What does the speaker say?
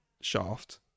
shaft